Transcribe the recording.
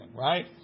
Right